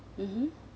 mmhmm